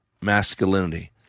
masculinity